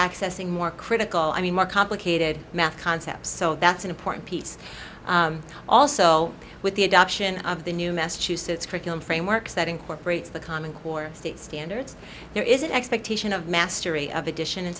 accessing more critical i mean more complicated math concepts so that's an important piece also with the adoption of the new massachusetts curriculum frameworks that incorporates the common core state standards there is an expectation of mastery of addition and